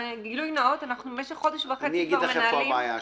גילוי נאות אנחנו משך חודש וחצי מנהלים- -- אומר לך מה הבעיה שלי.